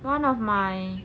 one of my